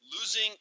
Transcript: Losing